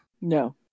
No